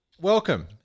welcome